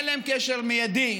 אין להם קשר מיידי